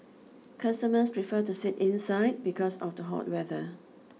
customers prefer to sit inside because of the hot weather